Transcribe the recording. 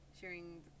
sharing